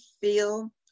feel